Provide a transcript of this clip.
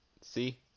See